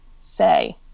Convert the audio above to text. say